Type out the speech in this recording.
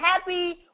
happy